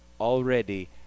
already